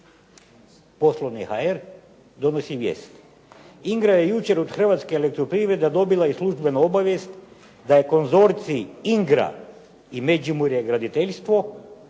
Poslovni. Hr donosi vijesti: „INGRA je jučer od Hrvatske elektroprivrede dobila i službeno obavijest da je konzorcij INGRA i Međimurje graditeljstvo